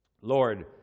Lord